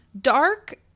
Dark